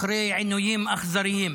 אחרי עינויים אכזריים.